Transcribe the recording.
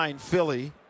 Philly